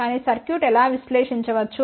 కానీ సర్క్యూట్ ఎలా విశ్లేషించవచ్చు